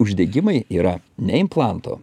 uždegimai yra ne implanto